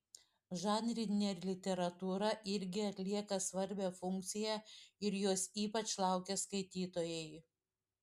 žanrinė literatūra irgi atlieka svarbią funkciją ir jos ypač laukia skaitytojai